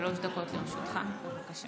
שלוש דקות לרשותך, בבקשה.